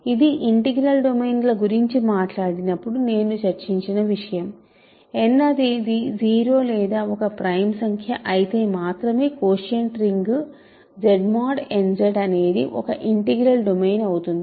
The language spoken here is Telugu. ఇది ఇంటిగ్రల్ డొమైన్ల గురించి మాట్లాడినప్పుడు నేను చర్చించిన విషయం n అనేది 0 లేదా n ఒక ప్రైమ్ సంఖ్య అయితే మాత్రమే quotient ring Z mod n Z అనేది ఒక ఇంటిగ్రల్ డొమైన్ అవుతుంది